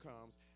comes